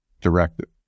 directive